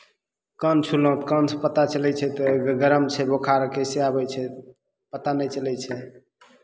कान छूलहुँ तऽ कानसँ पता चलै छै तऽ गरम छै बोखार कैसे आबै छै पता नहि चलै छै